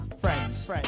friends